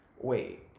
Wait